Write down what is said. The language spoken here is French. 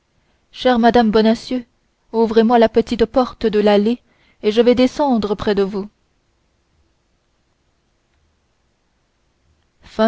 chère madame bonacieux ouvrez-moi la petite porte de l'allée et je vais descendre près de vous